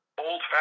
old